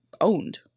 owned